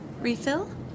Refill